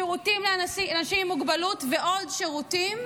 שירותים לאנשים עם מוגבלות ועוד שירותים,